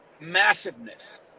massiveness